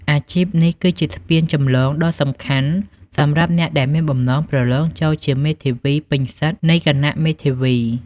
អាជីពនេះគឺជាស្ពានចម្លងដ៏សំខាន់សម្រាប់អ្នកដែលមានបំណងប្រឡងចូលជាមេធាវីពេញសិទ្ធិនៃគណៈមេធាវី។